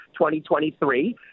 2023